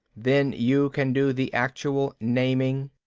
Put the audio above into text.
then you can do the actual naming.